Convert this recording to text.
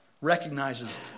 recognizes